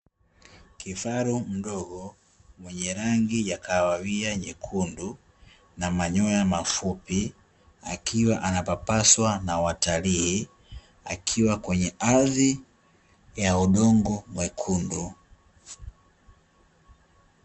Kifaru mdogo mwenye rangi ya kahawia nyekundu na manyoya mafupi, akiwa anapapaswa na watalii akiwa kwenye ardhi ya udongo mwekundu.